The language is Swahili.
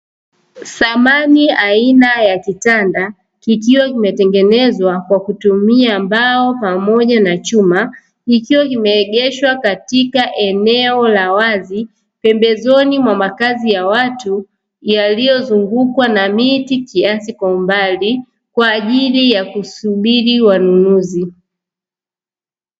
Samani aina ya kitanda kikiwa kimetengenezwa kwa kutumia mmbao pamoja na chuma, kikiwa kimeegeshea katika eneo la wazi, pembezoni mwa makazi ya watu yaliyozungukwa na miti kiasi kwa mbali, kwa ajili ya kusubiri wanunuzi.